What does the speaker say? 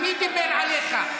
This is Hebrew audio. מי דיבר עליך?